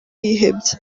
yihebye